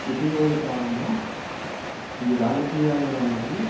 ఇటీవలి కాలంలో ఈ రాజకీయాలు అనేవి